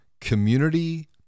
community